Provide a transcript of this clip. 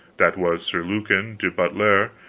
that was sir lucan de butlere,